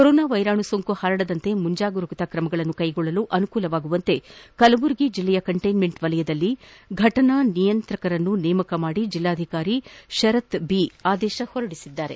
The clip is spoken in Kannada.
ಕೊರೊನಾ ವೈರಾಣು ಸೋಂಕು ಪರಡದಂತೆ ಮುಂಜಾಗ್ರತಾ ಕ್ರಮಗಳನ್ನು ಕೈಗೊಳ್ಳಲು ಅನುಕೂಲವಾಗುವಂತೆ ಕಲಬುರಗಿ ಜಿಲ್ಲೆಯ ಕಂಟೈನ್ಮೆಂಟ್ ವಲಯದಲ್ಲಿ ಘಟನಾ ನಿಯಂತ್ರಕರನ್ನು ನೇಮಕ ಮಾಡಿ ಜಿಲ್ಲಾಧಿಕಾರಿ ಶರತ್ ಬಿ ಆದೇಶ ಹೊರಡಿಸಿದ್ದಾರೆ